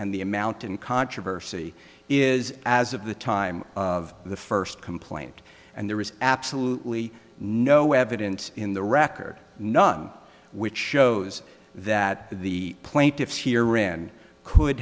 and the amount in controversy is as of the time of the first complaint and there is absolutely no evidence in the record none which shows that the plaintiffs here in could